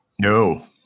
No